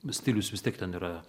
stilius vis tiek ten yra